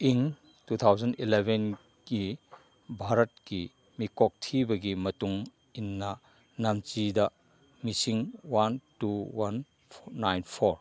ꯏꯪ two thousand ꯏꯂꯕꯦꯟꯒꯤ ꯚꯥꯔꯠꯀꯤ ꯃꯤꯀꯣꯛ ꯊꯤꯕꯒꯤ ꯃꯇꯨꯡ ꯏꯟꯅ ꯅꯥꯟꯆꯤꯗ ꯃꯤꯁꯤꯡ one two one nine four